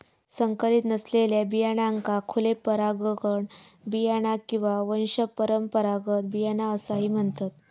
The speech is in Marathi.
संकरीत नसलेल्या बियाण्यांका खुले परागकण बियाणा किंवा वंशपरंपरागत बियाणा असाही म्हणतत